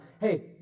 Hey